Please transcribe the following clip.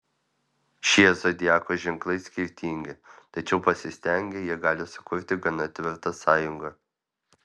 šie zodiako ženklai skirtingi tačiau pasistengę jie gali sukurti gana tvirtą sąjungą